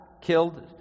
killed